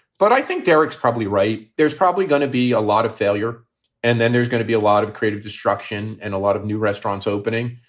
but i think derek's probably right, there's probably going to be a lot of failure and then there's going to be a lot of creative destruction and a lot of new restaurants opening.